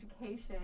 education